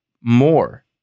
more